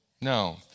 No